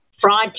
fraud